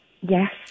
Yes